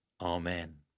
Amen